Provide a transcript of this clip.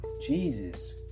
Jesus